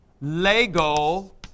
lego